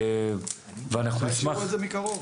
אולי שיראו את זה מקרוב.